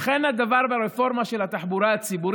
וכן הדבר ברפורמה של התחבורה הציבורית.